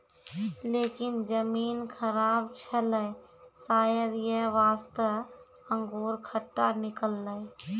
लेकिन जमीन खराब छेलै शायद यै वास्तॅ अंगूर खट्टा निकललै